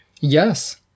Yes